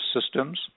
systems